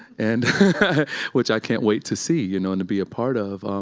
and which i can't wait to see you know and to be a part of.